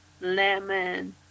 lemon